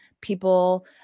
people